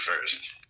first